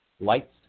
Lights